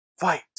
Fight